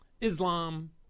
Islam